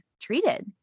treated